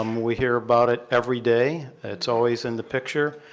um we hear about it every day. it's always in the picture.